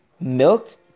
milk